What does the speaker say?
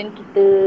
kita